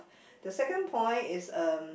the second point is um